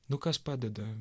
nu kas padeda